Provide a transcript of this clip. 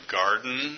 garden